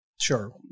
Sure